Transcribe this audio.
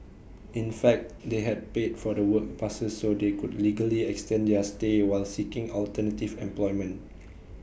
in fact they had paid for the work passes so they could legally extend their stay while seeking alternative employment